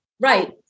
Right